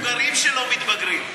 יש מבוגרים שלא מתבגרים.